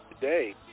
today